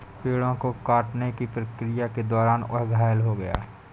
पेड़ों को काटने की प्रक्रिया के दौरान वह घायल हो गया